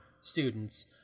students